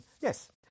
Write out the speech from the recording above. Yes